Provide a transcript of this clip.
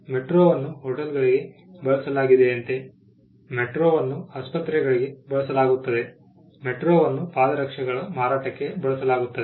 ಮೆಟ್ರೋವನ್ನು ಹೋಟೆಲ್ಗಳಿಗೆ ಬಳಸಲಾಗಿದೆಯಂತೆ ಮೆಟ್ರೊವನ್ನು ಆಸ್ಪತ್ರೆಗಳಿಗೆ ಬಳಸಲಾಗುತ್ತದೆ ಮೆಟ್ರೊವನ್ನು ಪಾದರಕ್ಷೆಗಳ ಮಾರಾಟಕ್ಕೆ ಬಳಸಲಾಗುತ್ತದೆ